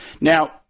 Now